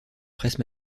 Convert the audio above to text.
presse